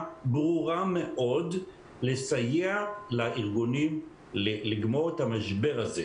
ברורה מאוד לסייע לארגונים לגמור את המשבר הזה.